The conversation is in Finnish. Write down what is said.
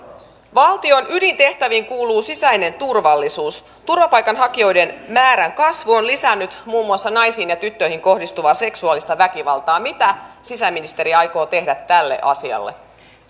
valtion ydintehtäviin kuuluu sisäinen turvallisuus turvapaikanhakijoiden määrän kasvu on lisännyt muun muassa naisiin ja tyttöihin kohdistuvaa seksuaalista väkivaltaa mitä sisäministeri aikoo tehdä tälle asialle